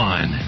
One